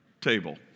table